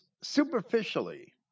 superficially